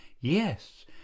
yes